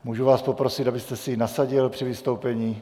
Můžu vás poprosit, abyste si ji nasadil při vystoupení?